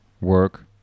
work